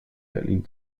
berlin